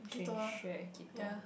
change we are at